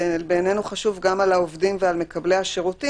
ובעינינו חשוב גם על העובדים ועל מקבלי השירותים.